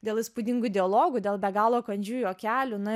dėl įspūdingų dialogų dėl be galo kandžių juokelių na